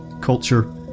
culture